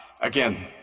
again